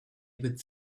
with